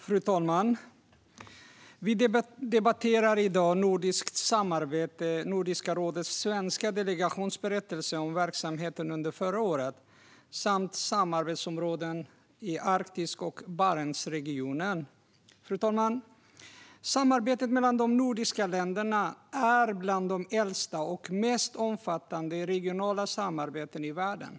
Fru talman! Vi debatterar i dag nordiskt samarbete, Nordiska rådets svenska delegations berättelse om verksamheten under förra året samt samarbetsområden i Arktis och Barentsregionen. Fru talman! Samarbetet mellan de nordiska länderna är bland de äldsta och mest omfattande regionala samarbetena i världen.